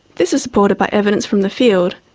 this is supported by evidence from the field.